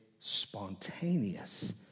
Spontaneous